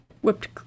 whipped